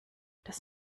das